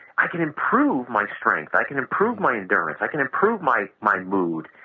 i can improve my strength, i can improve my endurance, i can improve my my mood.